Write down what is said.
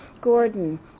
Gordon